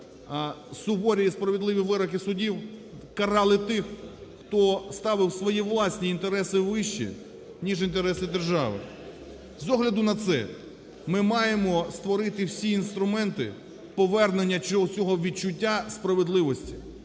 суворі і справедливі вироки судів карали тих, хто ставив свої власні інтереси вище, ніж інтереси держави. З огляду на це ми маємо створити всі інструменти повернення цього всього відчуття справедливості,